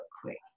quick